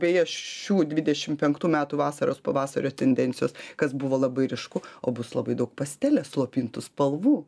beje šių dvidešim penktų metų vasaros pavasario tendencijos kas buvo labai ryšku o bus labai daug pastelės slopintų spalvų